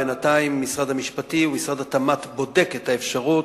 בינתיים משרד המשפטים ומשרד התמ"ת בודקים את האפשרות,